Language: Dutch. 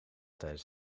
tijdens